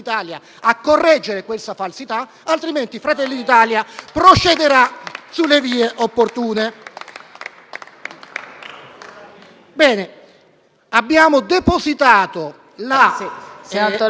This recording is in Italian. correggere questa falsità, altrimenti Fratelli d'Italia procederà con le vie opportune.